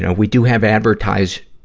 ah we do have advertise,